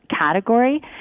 category